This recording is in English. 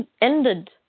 ended